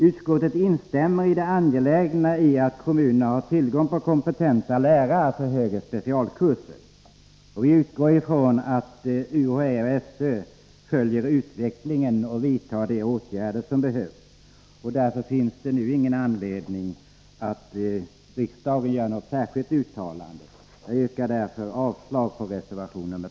Utskottet instämmer i att det är angeläget att kommunerna har tillgång till kompetenta lärare för högre specialkurser. Vi utgår ifrån att UHÄ och SÖ följer utvecklingen och vidtar de åtgärder som behövs. Därför finns det nu ingen anledning för riksdagen att göra något särskilt uttalande. Jag yrkar därför avslag på reservation 2.